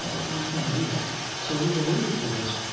we can't do that so we've alluded to this,